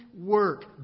work